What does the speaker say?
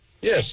Yes